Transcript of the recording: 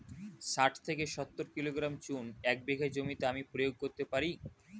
শাঠ থেকে সত্তর কিলোগ্রাম চুন এক বিঘা জমিতে আমি প্রয়োগ করতে পারি?